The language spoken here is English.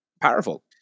powerful